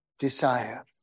Desire